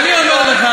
אז אני אומר לך,